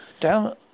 down